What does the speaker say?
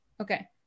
Okay